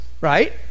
right